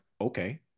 okay